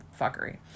fuckery